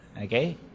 Okay